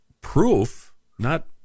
proof—not